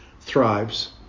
thrives